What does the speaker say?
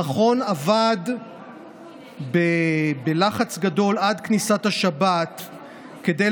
המכון עבד בלחץ גדול עד כניסת השבת כדי